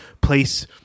place